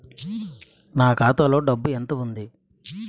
నా ఖాతాలో డబ్బు ఎంత ఉంది?